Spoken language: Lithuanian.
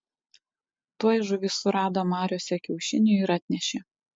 tuoj žuvys surado mariose kiaušinį ir atnešė